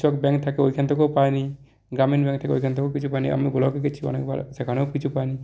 কৃষক ব্যাংক থাকে ওইখান থেকেও পাইনি গ্রামীণ ব্যাংক থেকে ওখান থেকেও কিছু পাইনি আমি ব্লকে গেছি অনেকবার সেখানেও কিছু পাইনি